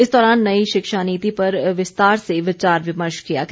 इस दौरान नई शिक्षा नीति पर विस्तार से विचार विमर्श किया गया